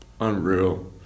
Unreal